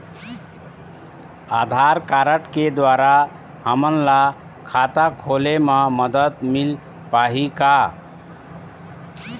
आधार card के द्वारा हमन ला खाता खोले म मदद मिल पाही का?